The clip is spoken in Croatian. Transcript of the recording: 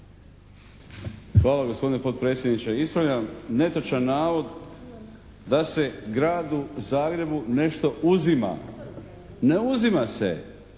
Hvala gospodine potpredsjedniče. Ispravljam netočan navod da se Gradu Zagrebu nešto uzima. Ne uzima se.